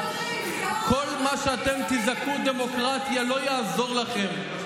בחירות כל מה שאתם תזעקו "דמוקרטיה" לא יעזור לכם.